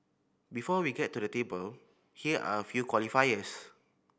before we get to the table here are a few qualifiers